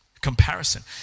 Comparison